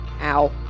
Ow